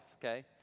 okay